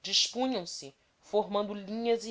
dispunham se formando linhas